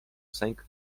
sęk